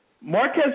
Marquez